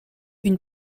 une